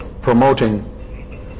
promoting